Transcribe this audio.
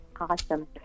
awesome